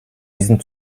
diesem